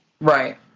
Right